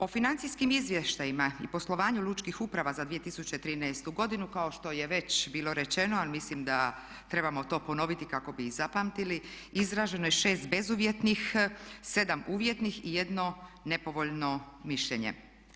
O financijskim izvještajima i poslovanju lučkih uprava za 2013. godinu kao što je već bilo rečeno, a mislim da trebamo to ponoviti kako bi i zapamtili izraženo je 6 bezuvjetnih, 7 uvjetnih i 1 nepovoljno mišljenje.